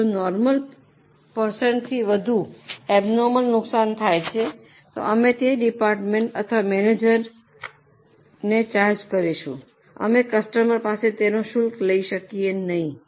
જો નોર્મલ પેરીસન્ટથી વધુ ઐબ્નૉર્મલ નુકસાન થાય છે તો અમે તે ડીપાર્ટમેન્ટ અથવા મેનેજરને ચાર્જ કરીશું અમે કસ્ટમર પાસેથી તેનો શુલ્ક લઈ શકીએ નહીં